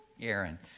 Aaron